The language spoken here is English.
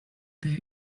they